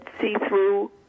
see-through